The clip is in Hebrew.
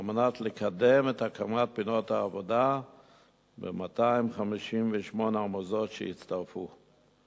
על מנת לקדם את הקמת פינות העבודה ב-258 המוסדות שהצטרפו.